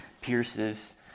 pierces